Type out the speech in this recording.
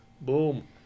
Boom